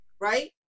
right